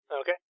Okay